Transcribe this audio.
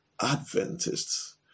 Adventists